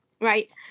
Right